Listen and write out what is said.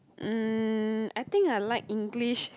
mm I think I like English